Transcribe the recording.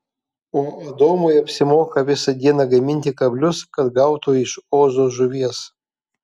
o adomui apsimoka visą dieną gaminti kablius kad gautų iš ozo žuvies